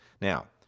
Now